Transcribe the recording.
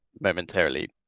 momentarily